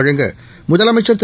வழங்க முதலமைச்சா் திரு